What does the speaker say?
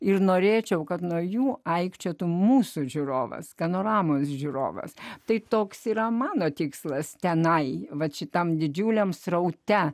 ir norėčiau kad nuo jų aikčiotų mūsų žiūrovas skanoramos žiūrovas tai toks yra mano tikslas tenai vat šitam didžiuliam sraute